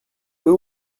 who